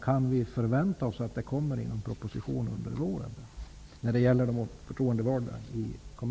Kan vi förvänta oss att det kommer en proposition under våren om de örtroendevaldas villkor?